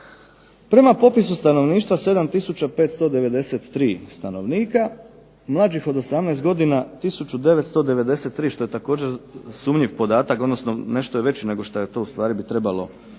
Prema popisu stanovništva 7593 stanovnika mlađih od 18 godina 1993 što je također sumnjiv podatak, odnosno nešto je veći nego što u stvari bi trebalo biti,